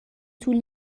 طول